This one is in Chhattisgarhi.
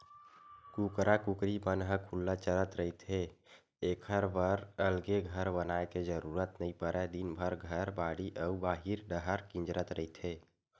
कुकरा कुकरी मन ह खुल्ला चरत रहिथे एखर बर अलगे घर बनाए के जरूरत नइ परय दिनभर घर, बाड़ी अउ बाहिर डाहर किंजरत रहिथे